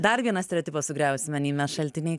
dar vieną stereotipą sugriausime nei mes šalti nei